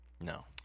No